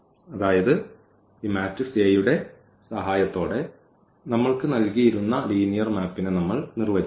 അതായത് ഈ matrix A യുടെ സഹായത്തോടെ നമ്മൾക്ക് നൽകിയിരുന്ന ലീനിയർ മാപ്പ്നെ നമ്മൾ നിർവചിച്ചു